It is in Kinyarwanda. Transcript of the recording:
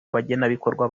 abagenerwabikorwa